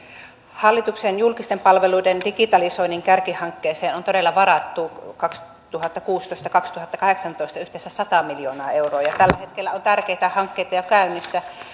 hallituksen julkisten palveluiden digitalisoinnin kärkihankkeeseen on todella varattu kaksituhattakuusitoista viiva kaksituhattakahdeksantoista yhteensä sata miljoonaa euroa ja tällä hetkellä on tärkeitä hankkeita jo käynnissä